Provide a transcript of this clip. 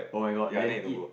oh my god then eat